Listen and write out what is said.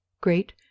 great